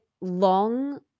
long